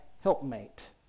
helpmate